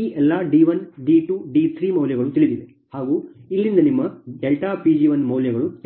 ಈ ಎಲ್ಲಾ d1 d2 d3 ಮೌಲ್ಯಗಳು ತಿಳಿದಿವೆ ಮತ್ತು ಇಲ್ಲಿಂದ ನಿಮ್ಮ Pg1 ಮೌಲ್ಯಗಳು ತಿಳಿದಿವೆ